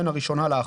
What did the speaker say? בין הראשונה לאחרונה,